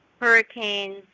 hurricanes